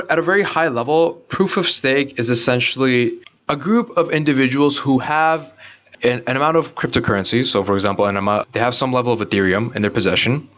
at a very high-level, proof of stake is essentially a group of individuals who have and an amount of cryptocurrency, so for example and um ah they have some level of ethereum in their possession.